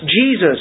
Jesus